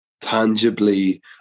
tangibly